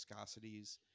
viscosities